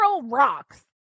rocks